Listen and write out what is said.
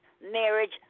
marriage